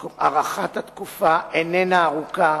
הארכת התקופה איננה ארוכה.